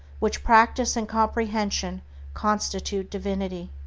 which practice and comprehension constitute divinity.